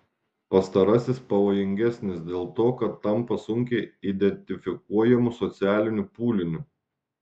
pastarasis pavojingesnis dėl to kad tampa sunkiai identifikuojamu socialiniu pūliniu